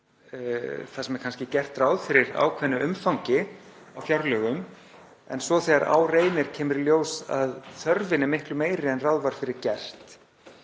þar sem kannski er gert ráð fyrir ákveðnu umfangi á fjárlögum en svo þegar á reynir kemur í ljós að þörfin er miklu meiri en ráð var fyrir gert.